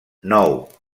nou